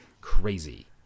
crazy